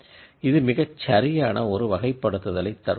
இது மிகச் சரியான ஒரு க்ளாசிக்பிகேஷனை தரும்